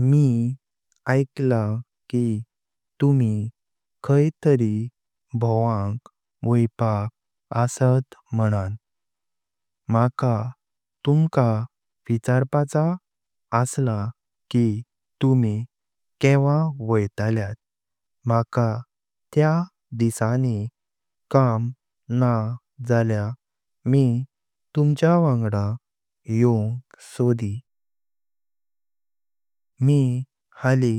मि ऐकला की तुमि खाइ तरी भोवंग वायपाक आसात मनन। म्हाका तू विचारपाचा असला की तुमि केवा वैतल्यात, म्हाका त्या दिसानी काम नहं जल्या मि तुमचा वांगड योंग सोडी। मि हाळी